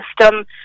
system